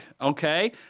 Okay